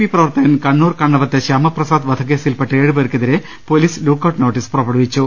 P പ്രവർത്തകൻ കണ്ണൂർ കണ്ണവത്തെ ശ്യാമപ്രസാദ് വധക്കേസിൽപെട്ട ഏഴ് പേർക്കെതിരെ പോലീസ് ലുക്കൌട്ട് നോട്ടീസ് പുറപ്പെടുവിച്ചു